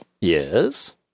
Yes